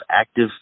active